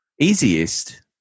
Easiest